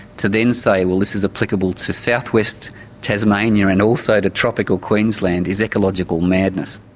to then say, well, this is applicable to southwest tasmania and also to tropical queensland is ecological madness.